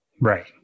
Right